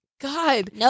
God